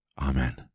Amen